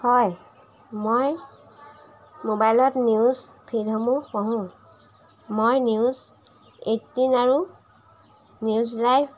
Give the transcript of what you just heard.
হয় মই মোবাইলত নিউজ ফীডসমূহ পঢ়ো মই নিউজ এইট্টিন আৰু নিউজ লাইভ